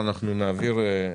אין נמנעים,